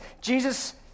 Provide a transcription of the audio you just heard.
Jesus